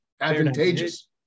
advantageous